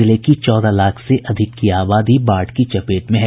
जिले की चौदह लाख से अधिक की आबादी बाढ़ की चपेट में है